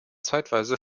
zeitweise